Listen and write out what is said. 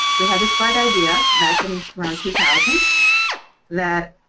we had this bright idea back and around two thousand that